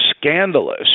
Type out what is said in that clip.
scandalous